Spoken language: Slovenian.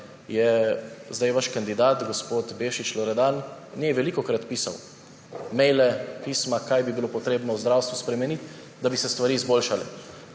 je zdaj vaš kandidat gospod Bešič Loredan njej velikokrat pisal maile, pisma, kaj bi bilo potrebno v zdravstvu spremeniti, da bi se stvari izboljšale.